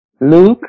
Luke